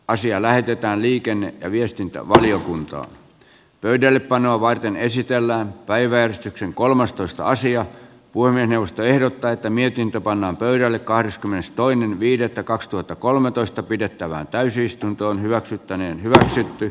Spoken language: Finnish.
asia lähetetään liikenne ja viestintävaliokuntaan pöydällepanoa varten esitellään päiväjärjestyksen kolmastoista sija huoneen josta ehdottaa että mietintö pannaan pöydälle kahdeskymmenestoinen viidettä kaksituhattakolmetoista pidettävään täysistuntoon hyväksyttäneen hyväksytty